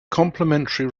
complimentary